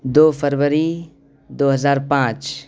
دو فروری دو ہزار پانچ